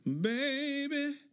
baby